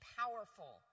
powerful